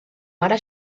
mare